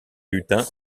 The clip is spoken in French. lutins